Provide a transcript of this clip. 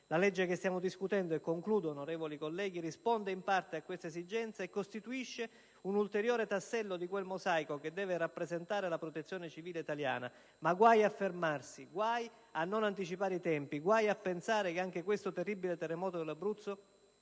La legge che stiamo discutendo - e concludo, onorevoli colleghi - risponde in parte a queste esigenze e costituisce un ulteriore tassello di quel mosaico che deve rappresentare la protezione civile italiana. Ma guai a fermarsi, guai a non anticipare i tempi, guai a pensare che anche questo terribile terremoto dell'Abruzzo